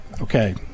okay